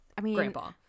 grandpa